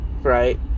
right